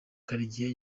karegeya